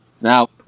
Now